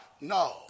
No